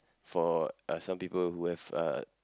for uh some people who have uh